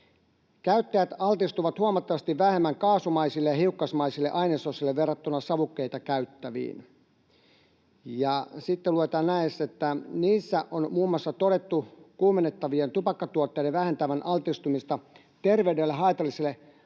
”Käyttäjät altistuvat huomattavasti vähemmän kaasumaisille ja hiukkasmaisille ainesosille verrattuna savukkeita käyttäviin.” Ja sitten sanotaan, että ”niissä on muun muassa todettu kuumennettavien tupakkatuotteiden vähentävän altistumista terveydelle haitallisille karbonyyleille